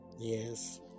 yes